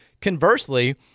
Conversely